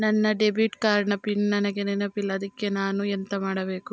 ನನ್ನ debit card ನ PIN ನನಗೆ ನೆನಪಿಲ್ಲ ಅದ್ಕೆ ನಾನು ಎಂತ ಮಾಡಬೇಕು?